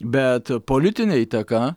bet politinė įtaka